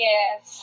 Yes